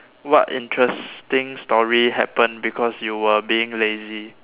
what interesting story happen because you were being lazy